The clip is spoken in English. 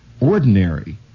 ordinary